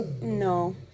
no